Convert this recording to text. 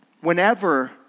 Whenever